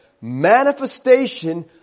manifestation